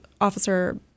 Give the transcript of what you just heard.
officer